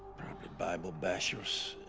probably bible bashers.